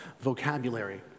vocabulary